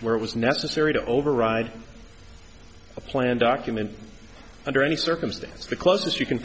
where it was necessary to override a plan document under any circumstance the closest you can